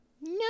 no